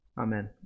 Amen